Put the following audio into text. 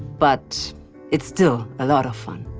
but it's still a lot of fun,